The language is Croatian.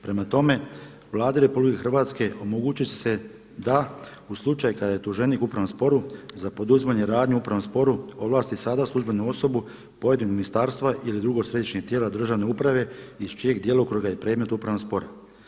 Prema tome, Vladi RH omogućiti će se da u slučaju kada je tuženik u upravnom sporu za poduzimanje radnje u upravnom sporu ovlasti sada službenu osobu pojedinog ministarstva ili drugog središnjeg tijela državne uprave iz čijeg djelokruga je predmet upravnog spora.